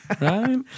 Right